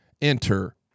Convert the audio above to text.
enter